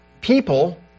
people